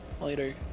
later